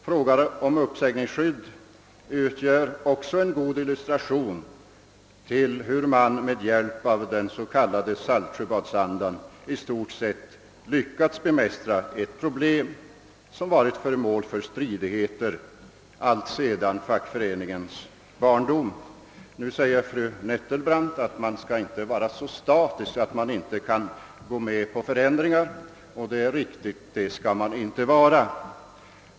Frågan om uppsägningsskydd utgör en god illustration av hur man i den s.k. Saltsjöbadsandans tecken i stort sett lyckats bemästra ett problem som varit föremål för stridigheter alltsedan fackföreningens barndom. Fru Nettelbrandt sade att man inte skall vara så statisk att man inte kan gå med på förändringar, och det är naturligtvis riktigt.